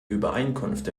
übereinkunft